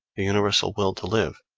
the universal will to live,